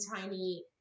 tiny